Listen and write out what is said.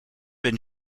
been